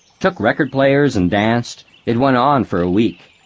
took record players and danced it went on for a week.